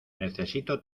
necesito